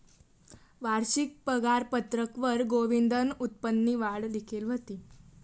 वारशिक पगारपत्रकवर गोविंदनं उत्पन्ननी वाढ लिखेल व्हती